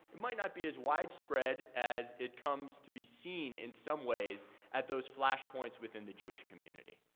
might not be as widespread as it comes to be seen in some ways at those flash points within the jewish community.